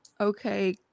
okay